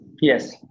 Yes